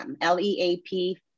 L-E-A-P